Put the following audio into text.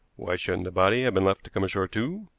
why shouldn't the body have been left to come ashore too?